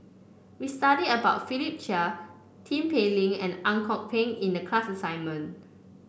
we studied about Philip Chia Tin Pei Ling and Ang Kok Peng in the class assignment